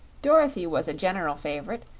dorothy was a general favorite,